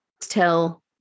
tell